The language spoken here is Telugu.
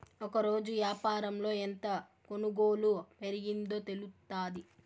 ఒకరోజు యాపారంలో ఎంత కొనుగోలు పెరిగిందో తెలుత్తాది